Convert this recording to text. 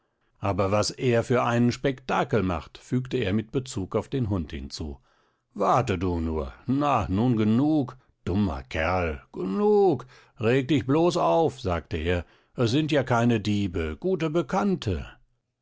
aber was er für einen spektakel macht fügte er mit bezug auf den hund hinzu warte du nur na nun genug dummer kerl genug regst dich bloß auf sagte er es sind ja keine diebe gute bekannte